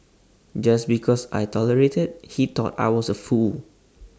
just because I tolerated he thought I was A fool